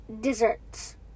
desserts